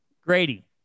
Grady